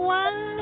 one